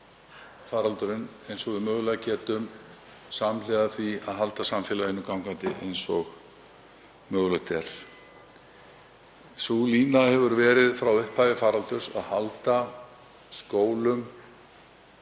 faraldurinn eins og við mögulega getum samhliða því að halda samfélaginu gangandi eins og hægt er. Sú lína hefur verið frá upphafi faraldurs að halda skólum